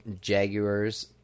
Jaguars